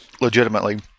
legitimately